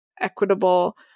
equitable